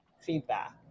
feedback